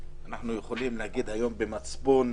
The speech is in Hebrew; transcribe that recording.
ואנחנו יכולים להגיד היום במצפון